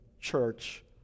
church